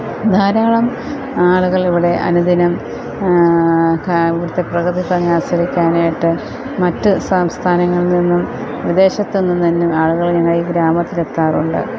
ധാരാളം ആളുകൾ ഇവിടെ അനുദിനം ഇവിടുത്തെ പ്രകൃതി ഭംഗി ആസ്വദിക്കാൻ ആയിട്ട് മറ്റ് സംസ്ഥാനങ്ങളിൽനിന്നും വിദേശത്തുനിന്നും ആളുകൾ ഇതിനായി ഗ്രാമത്തിൽ എത്താറുണ്ട്